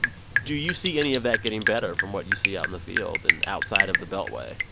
do you see any of that getting better from what you see out in the field and outside of the beltway?